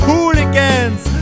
Hooligans